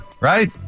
right